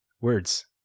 Words